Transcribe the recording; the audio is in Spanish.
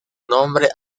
nombre